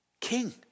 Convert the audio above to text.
king